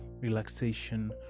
relaxation